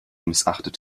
missachtet